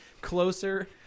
closer